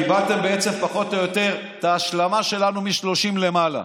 קיבלתם בעצם פחות או יותר את ההשלמה שלנו מ-30 למעלה.